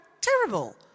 terrible